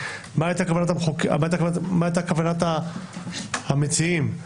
ומה הייתה כוונת המציעים.